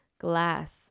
glass